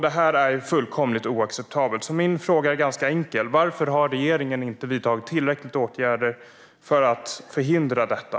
Detta är fullkomligt oacceptabelt, så min fråga är ganska enkel: Varför har regeringen inte vidtagit tillräckliga åtgärder för att förhindra detta?